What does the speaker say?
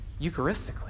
Eucharistically